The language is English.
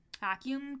vacuum